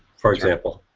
for example.